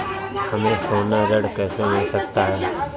हमें सोना ऋण कैसे मिल सकता है?